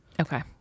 Okay